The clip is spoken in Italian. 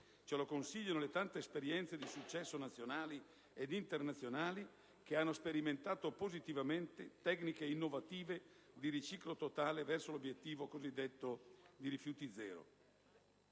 ce lo consigliano le tante esperienze di successo nazionali ed internazionali che hanno sperimentato positivamente tecniche innovative di riciclo totale verso l'obiettivo cosiddetto rifiuti-zero.